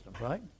right